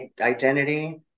identity